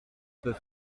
peux